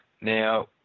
Now